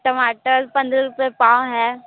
टमाटर पंद्रह रुपए पाव है